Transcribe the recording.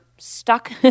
stuck